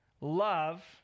love